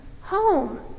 home